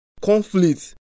conflict